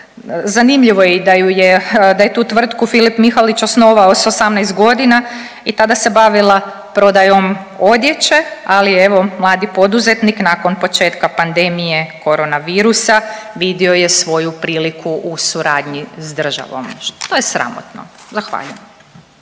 Zanimljivo je i da ju je, da je tu tvrtku Filip Mihalić osnovao s 18.g. i tada se bavila prodajom odjeće, ali evo mladi poduzetnik nakon početka pandemije koronavirusa vidio je svoju priliku u suradnji s državom, što je sramotno. Zahvaljujem.